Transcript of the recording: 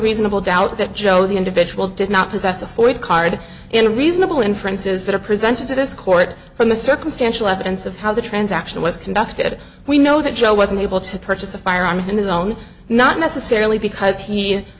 reasonable doubt that joe the individual did not possess a forward card in reasonable inferences that are presented to this court from the circumstantial evidence of how the transaction was conducted we know that joe was unable to purchase a firearm his own not necessarily because he